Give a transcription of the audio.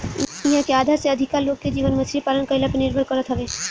इहां के आधा से अधिका लोग के जीवन मछरी पालन कईला पे निर्भर करत हवे